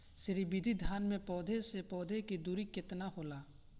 श्री विधि धान में पौधे से पौधे के दुरी केतना होला?